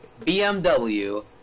BMW